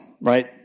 right